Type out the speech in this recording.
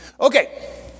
Okay